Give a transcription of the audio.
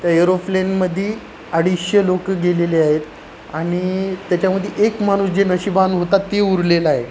त्या एरोप्लेनमध्ये अडीचशे लोक गेलेले आहेत आणि त्याच्यामध्ये एक माणूस जे नशीबवान होता ते उरलेलं आहे